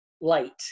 light